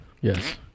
Yes